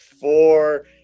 four